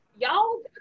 y'all